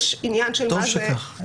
וטוב שכך.